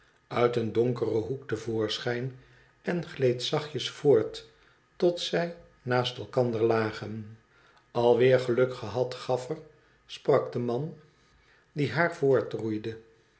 uit eeo donkeren hoek te voorschijn en gleed zachtjes voort tot zij naast elkander lagen alweer geluk gehad gaffer i sprak de man die haar voortroeide